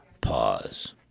pause